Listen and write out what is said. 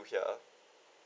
here